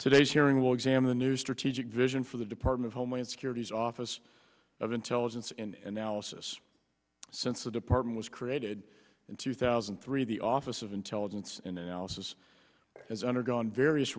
today's hearing will examine new strategic vision for the department of homeland security's office of intelligence and analysis since the department was created in two thousand and three the office of intelligence analysis as undergone various